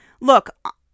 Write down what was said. look